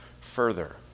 further